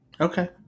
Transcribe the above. okay